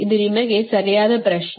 ಇದು ನಿಮಗೆ ಸರಿಯಾದ ಪ್ರಶ್ನೆ